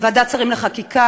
ועדת שרים לחקיקה,